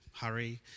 hurry